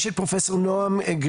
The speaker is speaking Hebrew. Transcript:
יש את פרופ' נעם גרינבאום,